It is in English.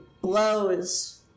Blows